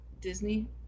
disney